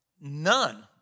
none